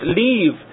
leave